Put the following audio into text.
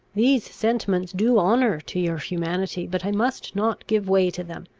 these sentiments do honour to your humanity but i must not give way to them.